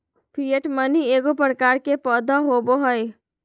fiat money एगो प्रकार के पैसा होबो हइ